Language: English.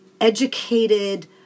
educated